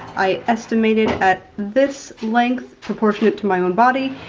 i estimated at this length proportionate to my own body.